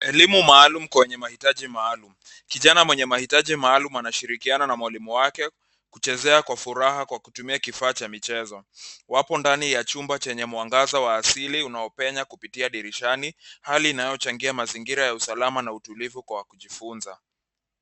Elimu maalum kwenye mahitaji maalum. Kijana mwenye mahitaji maalum anashirikiana na mwalimu wake kuchezea kwa furaha kutumia kwa kifaa cha michezo. Wako ndani ya chumba chenye mwangaza wa asili unaopenya kupitia dirishani hali inayochangia mazingira ya usalama na utulivu kwa kujifunza.